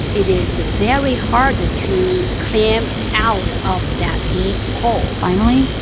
it is very hard to to climb out of that deep hole. finally,